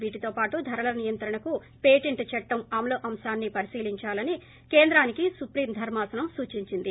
వీటితో పాటు ధరల నియంత్రణకు పేటెంట్ చట్టం అమలు అంశాన్ని పరిశీలిందాలని కేంద్రానికి సుప్రీం ధర్మాసనం సూచించింది